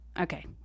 Okay